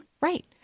Right